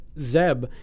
Zeb